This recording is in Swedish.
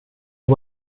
och